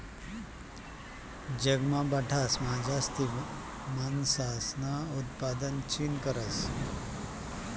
जगमा बठासमा जास्ती मासासनं उतपादन चीन करस